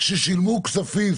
ששלמו כספים,